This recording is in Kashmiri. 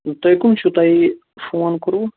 تُہۍ کٕم چھُو تُہی فون کوٚروٕ